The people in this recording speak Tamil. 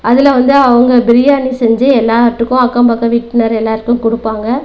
அதில் வந்து அவங்க பிரியாணி செஞ்சு எல்லாத்துக்கும் அக்கம் பக்கம் வீட்டினர் எல்லாருக்கும் கொடுப்பாங்க